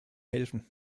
helfen